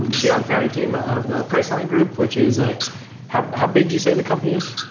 to be on the founding team of the priceline group, which is ah how how big do you say the company is?